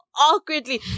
awkwardly